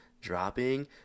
dropping